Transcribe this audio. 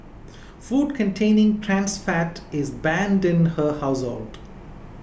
food containing trans fat is banned in her household